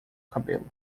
cabelo